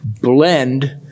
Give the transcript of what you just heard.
blend